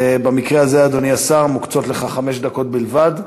במקרה הזה, אדוני השר, מוקצות לך חמש דקות בלבד.